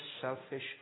selfish